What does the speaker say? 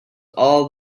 all